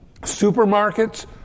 supermarkets